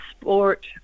sport